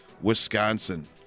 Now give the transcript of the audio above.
Wisconsin